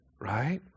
right